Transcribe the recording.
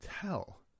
tell